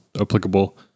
applicable